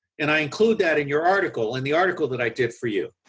and, i include that in your article, in the article that i did for you.